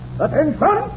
Attention